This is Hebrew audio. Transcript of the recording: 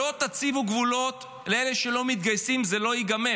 לא תציבו גבולות לאלה שלא מתגייסים, זה לא ייגמר.